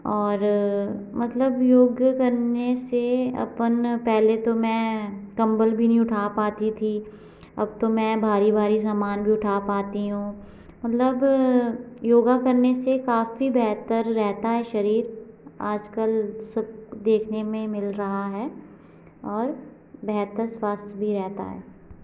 और मतलब योग करने से अपन पहले तो मैं कम्बल भी नहीं उठा पाती थी अब तो मैं भारी भारी सामान भी उठा पाती हूँ मतलब योगा करने से काफी बेहतर रहता है शरीर आजकल सब देखने में मिल रहा है और बेहतर स्वास्थ्य भी रहता है